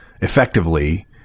effectively